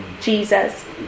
Jesus